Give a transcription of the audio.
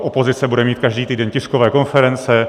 Opozice bude mít každý týden tiskové konference.